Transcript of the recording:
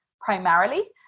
primarily